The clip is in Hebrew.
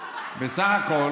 בסך הכול